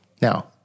Now